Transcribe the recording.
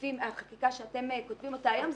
לפי החקיקה שאתם כותבים אותה היום,